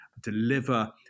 deliver